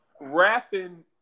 rapping